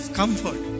comfort